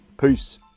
peace